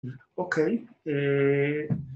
‫אוקיי.